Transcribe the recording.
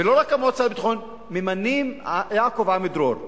ולא רק המועצה לביטחון, יעקב עמידרור.